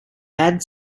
add